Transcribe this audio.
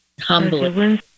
humbly